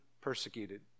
persecuted